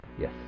Yes